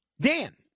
Dan